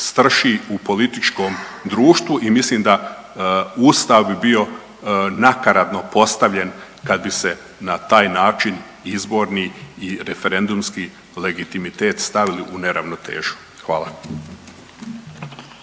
u političkom društvu i mislim da Ustav bi bio nakaradno postavljen kad bi se na taj način izborni i referendumski legitimitet stavili u neravnotežu. Hvala.